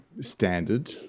standard